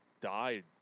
died